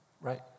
right